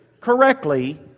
correctly